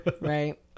right